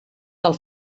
del